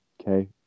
Okay